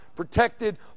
Protected